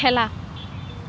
খেলা